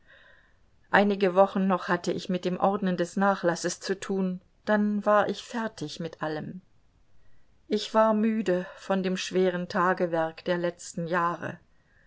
einige wochen noch hatte ich mit dem ordnen des nachlasses zu tun dann war ich fertig mit allem ich war müde von dem schweren tagewerk der letzten jahre